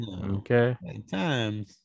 okay